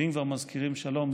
ואם כבר מזכירים שלום,